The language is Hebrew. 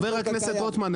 חבר הכנסת רוטמן,